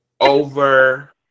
over